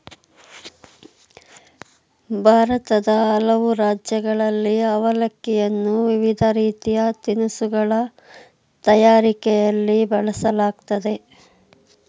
ಭಾರತದ ಹಲವು ರಾಜ್ಯಗಳಲ್ಲಿ ಅವಲಕ್ಕಿಯನ್ನು ವಿವಿಧ ರೀತಿಯ ತಿನಿಸುಗಳ ತಯಾರಿಕೆಯಲ್ಲಿ ಬಳಸಲಾಗ್ತದೆ